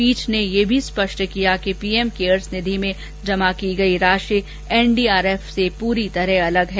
पीठ ने यह भी स्पष्ट किया कि पीएम केयर्स निधि में जमा की गई राशि एन डी आर एफ से पूरी तरह अलग है